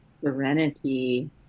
serenity